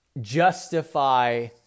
justify